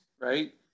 right